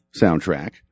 soundtrack